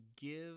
give